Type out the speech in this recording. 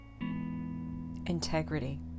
integrity